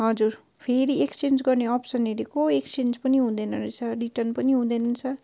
हजुर फेरि एक्सचेन्ज गर्ने अप्सन हेरेको एक्सचेन्ज पनि हुँदैन रहेछ रिर्टन पनि हुँदैन रहेछ